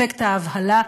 אפקט ההבהלה,